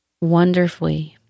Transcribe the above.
wonderfully